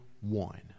one